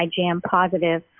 IGM-positive